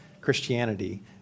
Christianity